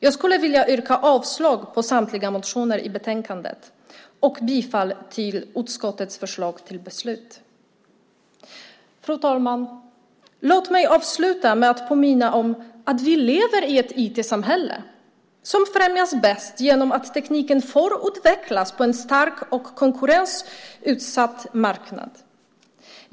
Jag skulle vilja yrka avslag på samtliga motioner i betänkandet och bifall till utskottets förslag till beslut. Låt mig, fru talman, avsluta med att påminna om att vi lever i ett IT-samhälle som bäst främjas av att tekniken får utvecklas på en stark och konkurrensutsatt marknad.